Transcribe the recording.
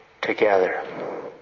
together